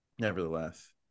nevertheless